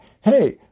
hey